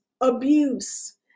abuse